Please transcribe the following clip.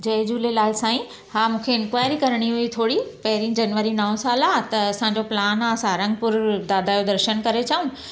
जय झूलेलाल साईं हा मूंखे इंक्वायरी करणी हुई थोरी पहिरीं जनवरी नओं साल आहे त असांजो प्लान आहे सारंगपुर दादा जो दर्शन करे अचूं